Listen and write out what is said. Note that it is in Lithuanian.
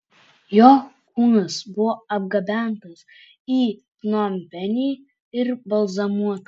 jo kūnas buvo atgabentas į pnompenį ir balzamuotas